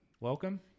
welcome